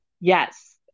Yes